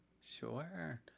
Sure